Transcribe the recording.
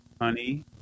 honey